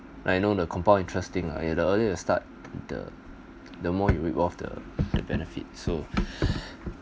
like you know the compound interest thing ah ya the early you start the the more you will be reward the the benefits so